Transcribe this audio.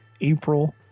april